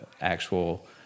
actual